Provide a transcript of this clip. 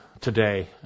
today